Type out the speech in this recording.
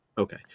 Okay